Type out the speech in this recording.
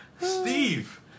steve